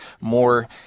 more